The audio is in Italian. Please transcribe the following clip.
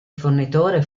fornitore